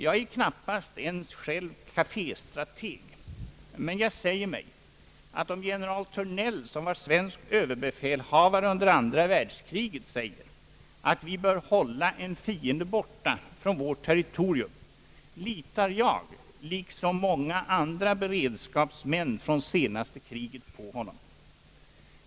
Jag är själv knappast ens kaféstrateg, men om general Thörnell, som var svensk överbefälhavare under andra världskriget, säger att vi bör hålla en fiende borta från vårt territorium, litar jag, liksom många andra beredskapsmän från senaste kriget, på honom.